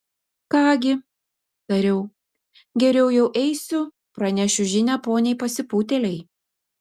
ką gi tariau geriau jau eisiu pranešiu žinią poniai pasipūtėlei